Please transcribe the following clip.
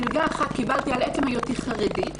מלגה אחת קיבלתי על עצם היותי חרדית,